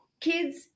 kids